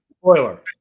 Spoiler